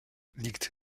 liegt